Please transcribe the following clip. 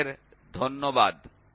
তোমাদের ধন্যবাদ